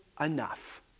enough